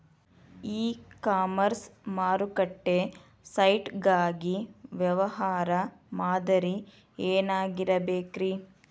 E commerce ಮಾರುಕಟ್ಟೆ site ಗಾಗಿ ವ್ಯವಹಾರ ಮಾದರಿ ಏನಾಗಿರಬೇಕ್ರಿ?